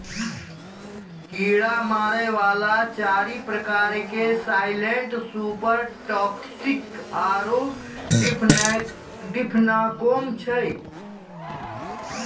कीड़ा मारै वाला चारि प्रकार के साइलेंट सुपर टॉक्सिक आरु डिफेनाकौम छै